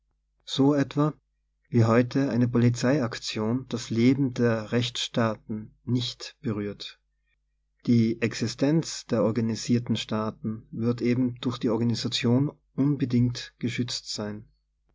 so etwa wie heute eine polizeiaktion das leben der rechtsstaaten nicht be rührt die existenz der organisierten staaten wird eben durch die organisation unbedingt geschützt sein